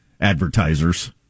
Advertisers